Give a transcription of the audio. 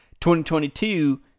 2022